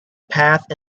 path